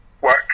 work